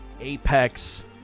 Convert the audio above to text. Apex